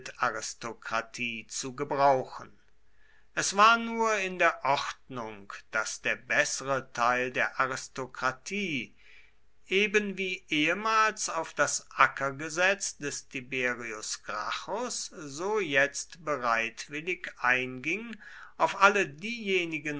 geldaristokratie zu gebrauchen es war nur in der ordnung daß der bessere teil der aristokratie ebenwie ehemals auf das ackergesetz des tiberius gracchus so jetzt bereitwillig einging auf alle diejenigen